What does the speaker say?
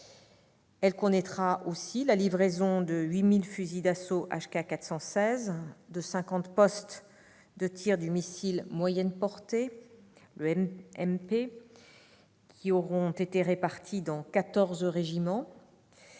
Elle verra aussi la livraison de 8 000 fusils d'assaut HK416, de 50 postes de tir du missile moyenne portée, le MMP, répartis dans 14 régiments,